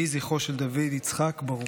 יהי זכרו של דוד יצחק ברוך.